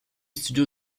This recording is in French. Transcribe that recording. studio